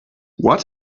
what